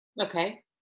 Okay